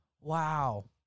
Wow